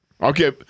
Okay